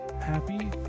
happy